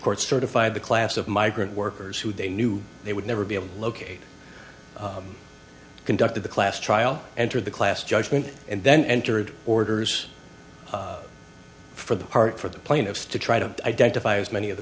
court certify the class of migrant workers who they knew they would never be able to locate conducted the class trial entered the class judgment and then entered orders for the part for the plaintiffs to try to identify as many of the